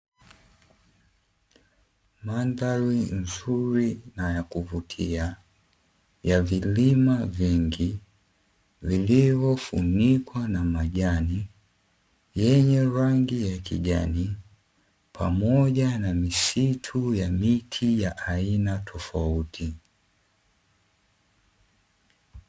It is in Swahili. Mandhari nzuri na ya kuvutia ya vilima vingi, vilivyofunikwa na majani yenye rangi ya kijani pamoja na misitu ya miti ya aina tofauti.